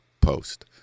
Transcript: post